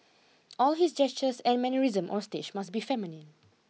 all his gestures and mannerism on stage must be feminine